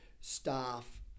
staff